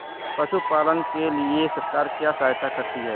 पशु पालन के लिए सरकार क्या सहायता करती है?